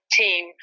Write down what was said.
team